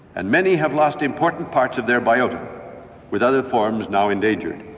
and many have lost important parts of their biota with other forms now endangered.